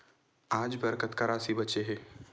आज बर कतका राशि बचे हे?